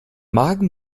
magen